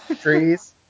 trees